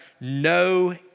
no